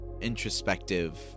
introspective